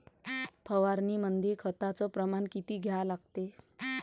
फवारनीमंदी खताचं प्रमान किती घ्या लागते?